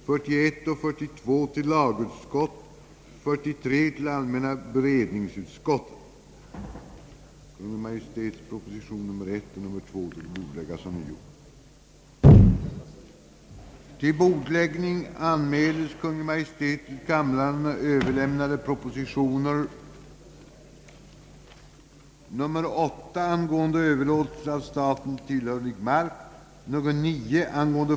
Den alltmer tilltagande nedskräpningen av naturen skapar på en rad områden stora problem.